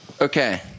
Okay